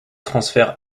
transfère